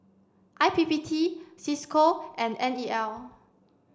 I P P T Cisco and N E L